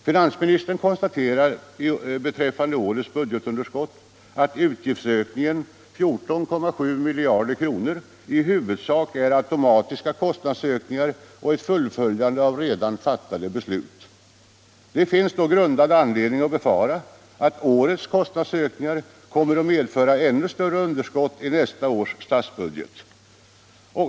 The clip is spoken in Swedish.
Finansministern konstaterar beträffande årets budgetunderskott att utgiftsökningen — 14,7 miljarder kronor — i huvudsak består av automatiska kostnadsökningar och ett fullföljande av redan fattade beslut. Det finns då grundad anledning att befara att årets kostnadsökningar kommer att medföra ännu större underskott i nästa års statsbudget.